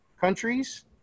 countries